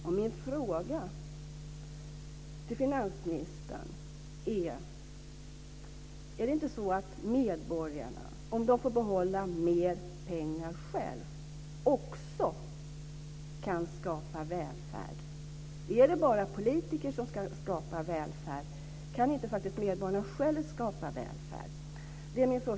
Om medborgarna får behålla mer pengar själva, kan inte de också skapa välfärd, finansministern? Är det bara politiker som ska skapa välfärd? Kan inte medborgarna själva skapa välfärd?